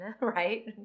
right